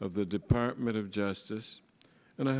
of the department of justice and i